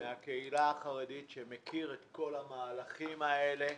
מהקהילה החרדית, שמכירים את כל המהלכים האלה.